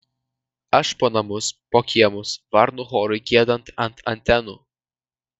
aš po namus po kiemus varnų chorui giedant ant antenų